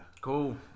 Cool